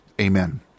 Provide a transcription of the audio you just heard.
Amen